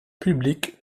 publiques